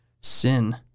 sin